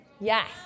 Yes